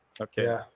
Okay